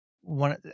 one